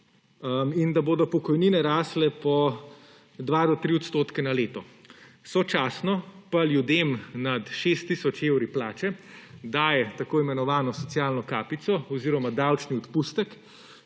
in da bodo pokojnine rasle po od 2 do 3 % na leto, sočasno pa ljudem nad 6 tisoč evri plače daje tako imenovano socialno kapico oziroma davčni odpustek,